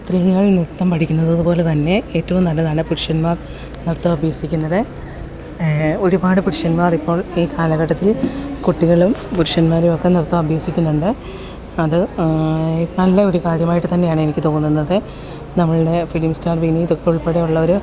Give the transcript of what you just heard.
സ്ത്രീകൾ നൃത്തം പഠിക്കുന്നത് പോലെ തന്നെ ഏറ്റവും നല്ലതാണ് പുരുഷന്മാർ നൃത്തം അഭ്യസിക്കുന്നത് ഒരുപാട് പുരുഷന്മാർ ഇപ്പോൾ ഈ കാലഘട്ടത്തിൽ കുട്ടികളും പുരുഷന്മാരും ഒക്കെ നൃത്തം അഭ്യസിക്കുന്നുണ്ട് അത് നല്ല ഒരു കാര്യമായിട്ട് തന്നെയാണ് എനിക്ക് തോന്നുന്നത് നമ്മളുടെ ഫിലിം സ്റ്റാർ വിനീത് ഉൾപ്പെടെയുള്ളവർ